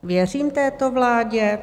Věřím této vládě?